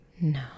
No